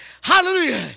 hallelujah